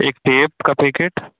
एक टेप का पैकेट